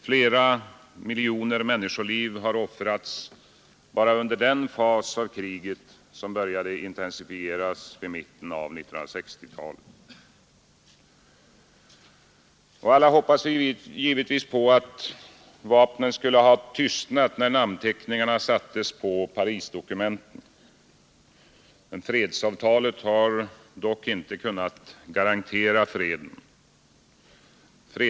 Flera miljoner människoliv har offrats bara under den fas av kriget som började intensifieras vid mitten av 1960-talet. Alla hoppades givetvis på att vapnen skulle ha tystnat när namnteckningarna sattes på Parisdokumenten. Fredsavtalet har dock inte kunnat garantera freden.